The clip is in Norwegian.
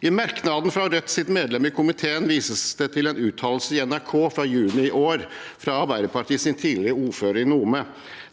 I merknaden fra Rødts medlem i komiteen vises det til en uttalelse til NRK i juni i år fra Arbeiderpartiets tidligere ordfører i Nome,